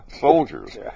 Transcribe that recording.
soldiers